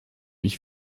ich